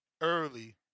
early